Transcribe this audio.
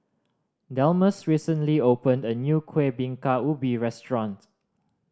Delmus recently opened a new Kueh Bingka Ubi restaurant